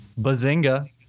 Bazinga